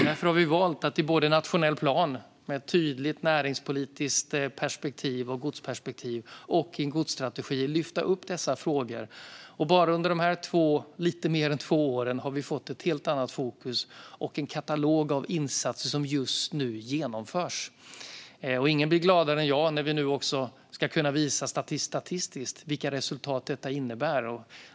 Därför har vi valt att både i en nationell plan med tydligt näringspolitiskt perspektiv och godsperspektiv och i en godsstrategi lyfta upp dessa frågor. Bara under dessa lite mer än två år har vi fått ett helt annat fokus och en katalog av insatser som just nu genomförs. Ingen blir gladare än jag när vi nu också statistiskt ska kunna visa vilka resultat detta innebär.